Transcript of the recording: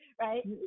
right